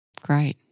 Great